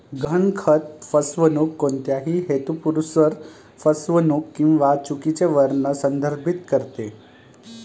गहाणखत फसवणूक कोणत्याही हेतुपुरस्सर फसवणूक किंवा चुकीचे वर्णन संदर्भित करते